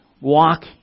walk